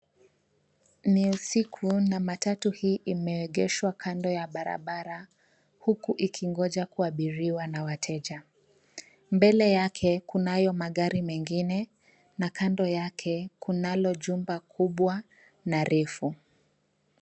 Ni usiku na matatu hii imeegeshwa kando ya barabara huku ikingoja kuabiriwa na wateja. Mbele yake kunayo magari mengine na kando yake kunalo jumba kubwa na refu.